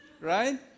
right